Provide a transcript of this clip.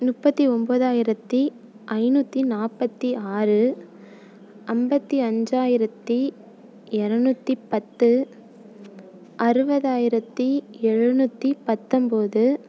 முப்பத்தி ஒம்பதாயிரத்தி ஐநூத்தி நாற்பத்தி ஆறு ஐம்பத்தி அஞ்சாயிரத்தி இரநூத்தி பத்து அறுபதாயிரத்தி எழுநூத்தி பத்தோம்போது